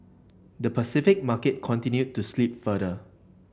the Pacific market continued to slip further